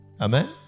Amen